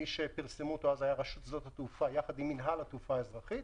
מי שפרסמה את זה הייתה רשות שדות התעופה יחד עם מינהל התעופה האזרחית.